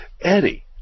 Eddie